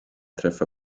träffa